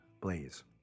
Blaze